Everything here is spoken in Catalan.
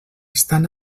estan